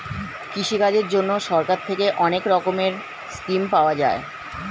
কৃষিকাজের জন্যে সরকার থেকে অনেক রকমের স্কিম পাওয়া যায়